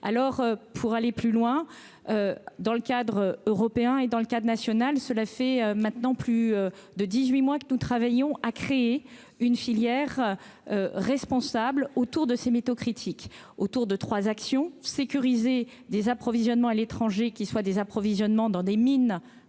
alors pour aller plus loin dans le cadre européen et dans le cas national, cela fait maintenant plus de 18 mois que nous travaillons à créer une filière responsable autour de ces métaux critiques autour de 3 actions sécuriser des approvisionnements à l'étranger, qui soient des approvisionnements dans des mines,